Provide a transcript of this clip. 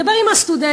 לדבר עם הסטודנטים,